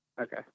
Okay